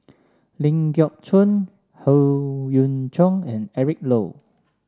Ling Geok Choon Howe Yoon Chong and Eric Low